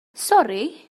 sori